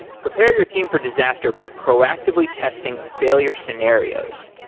prepare your team for disaster by proactively testing failure scenarios.